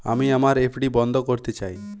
আমি আমার এফ.ডি বন্ধ করতে চাই